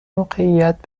موقعیت